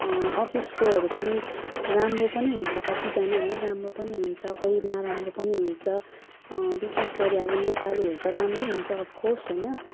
अफिसकोहरू पनि राम्रो पनि हुन्छ कतिजना है राम्रो पनि हुन्छ कोही नराम्रो पनि हुन्छ विशेषगरि अब नेपालीहरू त राम्रै हुन्छ अफ् कोर्स होइन